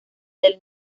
del